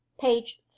page